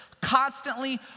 constantly